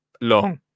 long